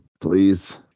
please